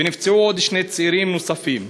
ונפצעו שני צעירים נוספים.